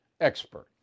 expert